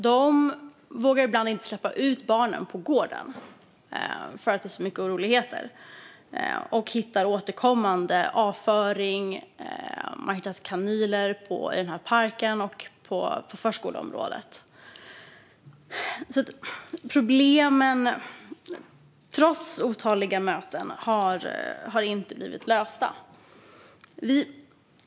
De vågar ibland inte släppa ut barnen på gården för att det är så mycket oroligheter, och de hittar återkommande avföring och kanyler i parken och på förskolans område. Problemen har alltså, trots otaliga möten, inte blivit lösta.